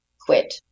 quit